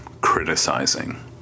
Criticizing